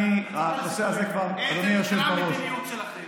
מעבר לזה כל אחד בזמנו הפרטי יעשה מה שהוא רוצה.